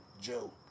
Joe